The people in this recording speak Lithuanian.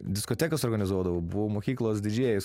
diskotekas organizuodavau buvau mokyklos didžėjus